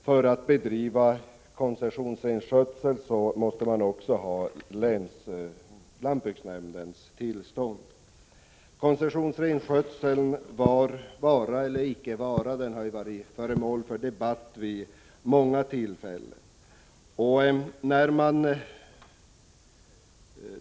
För att bedriva koncessionsrenskötsel krävs också lantbruksnämndens tillstånd. Koncessionsrenskötselns vara eller inte vara har varit föremål för debatt vid många tillfällen.